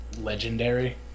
legendary